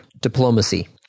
diplomacy